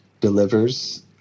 delivers